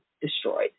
destroyed